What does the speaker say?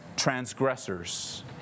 transgressors